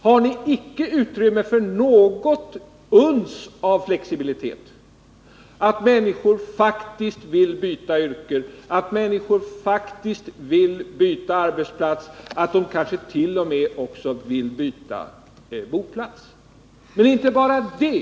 Har ni inte utrymme för ett uns av flexibilitet? Tror ni inte att det faktiskt finns människor som vill byta yrke, arbetsplats och kanske t.o.m. boplats? Men inte bara det.